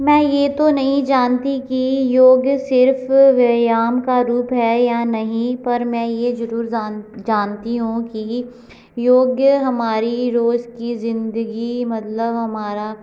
मैं ये तो नहीं जानती की योग सिर्फ़ व्यायाम का रूप है या नहीं पर मैं ये जरूर जानती हूँ कि योग्य हमारी रोज की ज़िंदगी मतलब हमारा